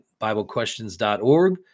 biblequestions.org